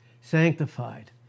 Sanctified